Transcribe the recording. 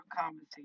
conversation